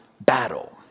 battle